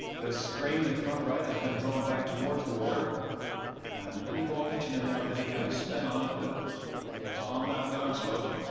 this green in front, right has been drawn back towards the water and any ball pitching in there with any kind of spin on it that gets on that down slope.